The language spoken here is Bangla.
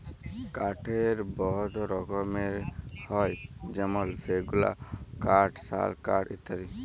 কাঠের বহুত রকম হ্যয় যেমল সেগুল কাঠ, শাল কাঠ ইত্যাদি